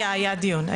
היה דיון.